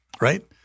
right